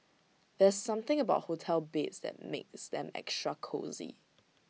there's something about hotel beds that makes them extra cosy